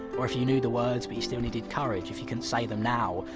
or if you knew the words, but you still needed courage, if you couldn't say them now,